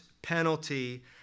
penalty